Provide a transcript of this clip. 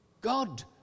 God